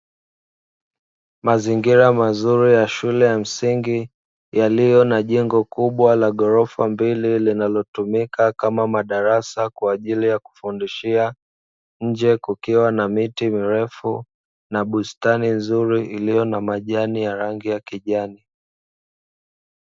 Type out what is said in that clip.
Mazingira mazuri ya shule ya msingi yaliyo na jengo kubwa la ghorofa mbili linalotumika kama madarasa kwa ajili ya kufundishia. nje kukiwa na miti mirefu na bustani nzuri iliyo na majani ya rangi ya kijani.